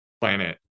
planet